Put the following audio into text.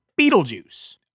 Beetlejuice